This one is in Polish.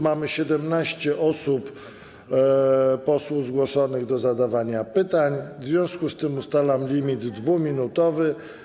Mamy 17 posłów zgłoszonych do zadawania pytań, w związku z czym ustalam limit 2-minutowy.